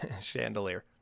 Chandelier